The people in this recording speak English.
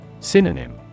Synonym